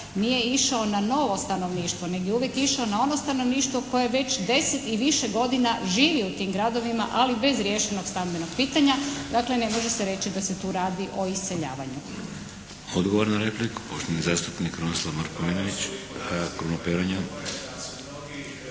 nije išao na novo stanovništvo nego je uvijek išao na ono stanovništvo koje već 10 i više godina živi u tim gradovima ali bez riješenog stambenog pitanja. Dakle ne može se reći da se tu radi o iseljavanju. **Šeks, Vladimir (HDZ)** Odgovor na repliku poštovani zastupnik Krunoslav Markovinović. … /Upadica se ne